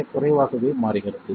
மிக குறைவாகவே மாறுகிறது